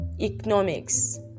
economics